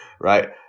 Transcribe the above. right